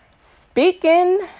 speaking